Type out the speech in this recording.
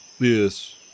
Yes